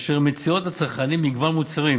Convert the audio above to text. אשר מציעות לצרכנים מגוון מוצרים